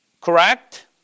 Correct